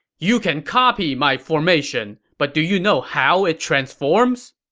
you can copy my formation, but do you know how it transforms?